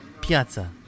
Piazza